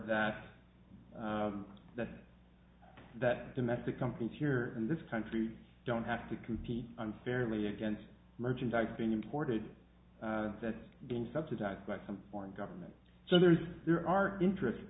that that that domestic companies here in this country don't have to compete unfairly against merchandise being imported that has been subsidized by some foreign government so there's there are interest